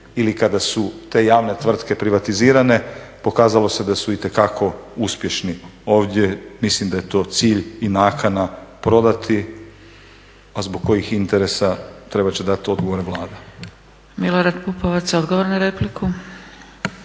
ili kada su te javne tvrtke privatizirane pokazalo se da su itekako uspješni. Ovdje mislim da je to cilj i nakana prodati a zbog kojih interesa trebati će dati odgovore Vlada. **Zgrebec, Dragica (SDP)** Milorad Pupovac, odgovor na repliku.